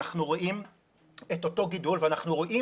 אנחנו רואים את אותו גידול ואנחנו רואים